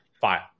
file